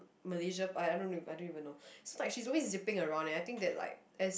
Malaysia part I don't know I don't even know despite she's doing it's zipping around and I think that like as